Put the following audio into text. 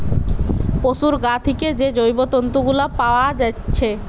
পোশুর গা থিকে যে জৈব তন্তু গুলা পাআ যাচ্ছে